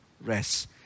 rest